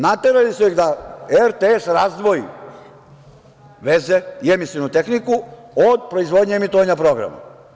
Naterali su ih da RTS razdvoji veze i emisionu tehniku od proizvodnje emitovanja programa.